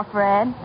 Fred